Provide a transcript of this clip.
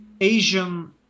Asian